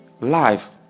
life